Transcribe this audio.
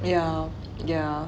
yeah yeah